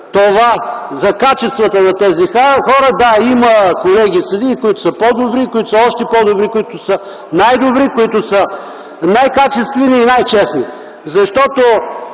град за качествата на тези хора – да, има колеги съдии, които са по-добри, които са още по-добри, които са най-добри, които са най-качествени и най-честни, защото